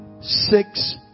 six